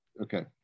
okay